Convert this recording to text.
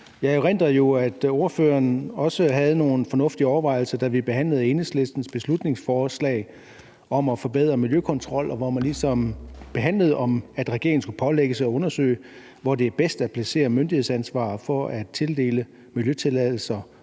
Jeg erindrer jo, at ordføreren også havde nogle fornuftige overvejelser, da vi behandlede Enhedslistens beslutningsforslag om at forbedre miljøkontrol, og hvor det ligesom handlede om, at regeringen skulle pålægges at undersøge, hvor det er bedst at placere myndighedsansvaret for at tildele miljøtilladelser